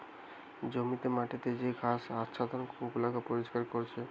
জমিতে মাটিতে যে ঘাস বা আচ্ছাদন গুলাকে পরিষ্কার করতিছে